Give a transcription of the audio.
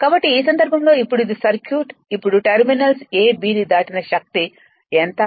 కాబట్టి ఈ సందర్భంలో ఇప్పుడు ఇది సర్క్యూట్ ఇప్పుడు టెర్మినల్స్ a bని దాటిన శక్తి ఎంత